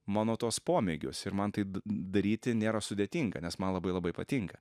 mano tuos pomėgius ir man tai da daryti nėra sudėtinga nes man labai labai patinka